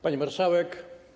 Pani Marszałek!